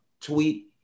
tweet